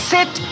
Sit